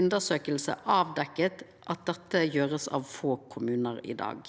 undersøking avdekte at dette blir gjort av få kommunar i dag.